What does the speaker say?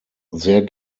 sehr